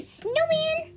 snowman